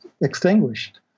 extinguished